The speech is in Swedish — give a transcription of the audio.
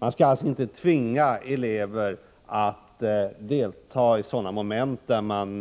Man skall alltså inte tvinga elever att delta i sådana moment där man